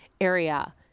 area